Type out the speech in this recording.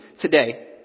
today